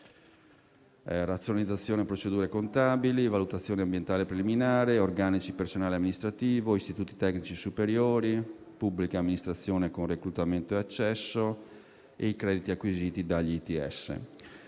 razionalizzazione delle procedure contabili, valutazione ambientale preliminare, organici del personale amministrativo, istituti tecnici superiori, pubblica amministrazione con reclutamento e accesso e crediti acquisiti dagli ITS.